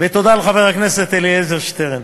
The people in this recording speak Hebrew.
ותודה לחבר הכנסת אלעזר שטרן